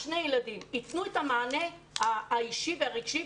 שני ילדים וייתנו את המענה האישי והרגשי.